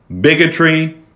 bigotry